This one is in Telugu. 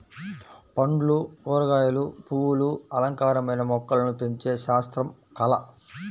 పండ్లు, కూరగాయలు, పువ్వులు అలంకారమైన మొక్కలను పెంచే శాస్త్రం, కళ